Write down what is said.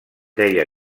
deia